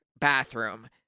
bathroom